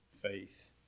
faith